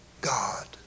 God